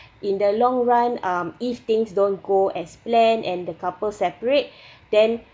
in the long run um if things don't go as planned and the couple separate then